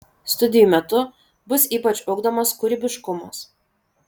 studijų metu bus ypač ugdomas kūrybiškumas